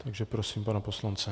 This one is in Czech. Takže prosím pana poslance.